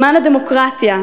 למען הדמוקרטיה,